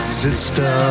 sister